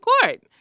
court